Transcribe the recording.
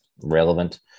relevant